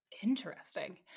Interesting